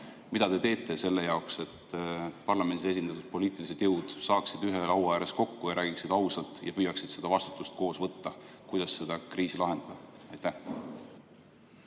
Mida te teete selle jaoks, et parlamendis esindatud poliitilised jõud saaksid ühe laua ääres kokku, räägiksid ausalt ja püüaksid koos võtta vastutust, kuidas seda kriisi lahendada? Aitäh!